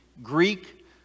Greek